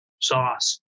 sauce